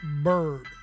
Bird